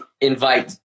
invite